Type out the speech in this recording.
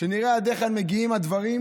כדי שנראה עד היכן מגיעים הדברים,